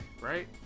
Right